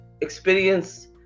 experience